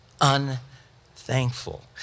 unthankful